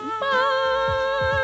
Bye